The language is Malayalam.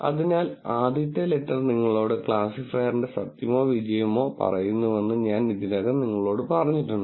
അതിനാൽ ആദ്യത്തെ ലെറ്റർ നിങ്ങളോട് ക്ലാസിഫയറിന്റെ സത്യമോ വിജയമോ പറയുന്നുവെന്ന് ഞാൻ ഇതിനകം നിങ്ങളോട് പറഞ്ഞിട്ടുണ്ട്